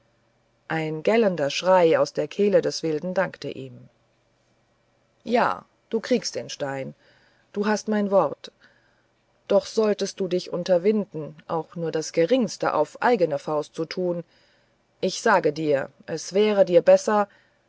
ein gellender schrei aus der kehle des wilden dankte ihm ja du kriegst den stein du hast mein wort doch solltest du dich unterwinden auch nur das geringste auf eigene faust zu tun ich sage dir es wäre dir besser